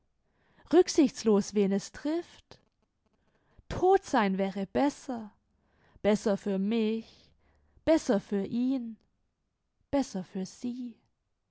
rücksichtslos wen es trifft todt sein wäre besser besser für mich besser für ihn besser für sie